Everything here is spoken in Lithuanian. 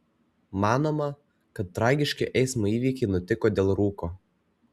manoma kad tragiški eismo įvykiai nutiko dėl rūko